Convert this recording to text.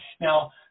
Now